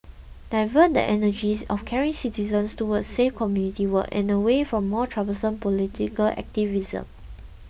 divert the energies of caring citizens towards safe community work and away from more troublesome political activism